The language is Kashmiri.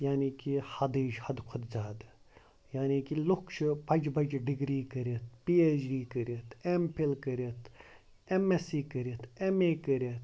یعنی کہِ حَدٕچ حَدٕ کھۄتہٕ زیادٕ یعنی کہِ لُکھ چھِ بَجہِ بَجہِ ڈِگری کٔرِتھ پی اٮ۪چ ڈی کٔرِتھ اٮ۪م فِل کٔرِتھ اٮ۪م اٮ۪س سی کٔرِتھ اٮ۪م اے کٔرِتھ